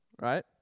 right